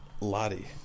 Lottie